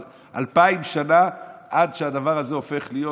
אבל אלפיים שנה עד שהדבר הזה הופך להיות